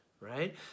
right